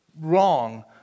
wrong